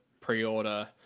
pre-order